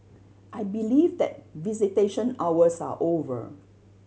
I believe that visitation hours are over